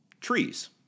Trees